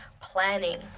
planning